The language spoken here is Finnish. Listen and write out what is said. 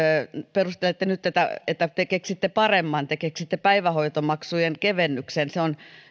perustelette nyt tätä että te keksitte paremman te keksitte päivähoitomaksujen kevennyksen niin se on